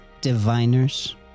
diviners